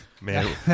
man